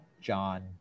John